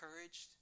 encouraged